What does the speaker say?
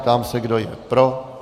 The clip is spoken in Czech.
Ptám se, kdo je pro.